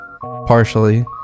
partially